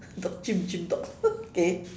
dog chimp chimp dog okay